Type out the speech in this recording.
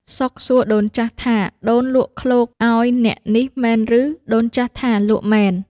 សុខសួរដូនចាស់ថា “ដូនលក់ឃ្លោកឱ្យអ្នកនេះមែនឬ?” ដូនចាស់ថា “លក់មែន”។